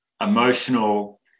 emotional